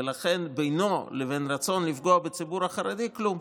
ולכן בינו לבין רצון לפגוע בציבור החרדי אין כלום.